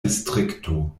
distrikto